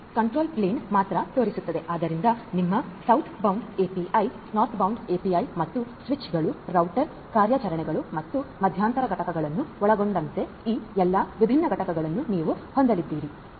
ಇದು ಕಂಟ್ರೋಲ್ ಪ್ಲೇನ್ನ್ನು ಮಾತ್ರ ತೋರಿಸುತ್ತದೆ ಆದ್ದರಿಂದ ನಿಮ್ಮ southbound S P I northbound N P I ಮತ್ತು ಸ್ವಿಚ್ಗಳು ರೌಟರ್ ಕಾರ್ಯಾಚರಣೆಗಳು ಮತ್ತು ಮಧ್ಯಂತರ ಘಟಕಗಳನ್ನು ಒಳಗೊಂಡಂತೆ ಈ ಎಲ್ಲಾ ವಿಭಿನ್ನ ಘಟಕಗಳನ್ನು ನೀವು ಹೊಂದಲಿದ್ದೀರಿ